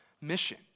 mission